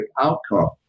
outcome